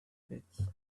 pits